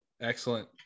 Excellent